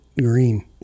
green